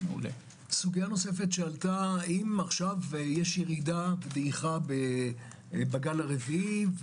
סוגיה נוספת שעלתה אם עכשיו יש דעיכה בגל הרביעי,